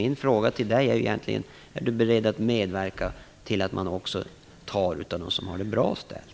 Min fråga till Dan Ericsson är om han är beredd att medverka till att man också tar av dem som har det bra ställt.